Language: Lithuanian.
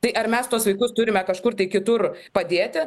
tai ar mes tuos vaikus turime kažkur tai kitur padėti